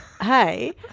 Hey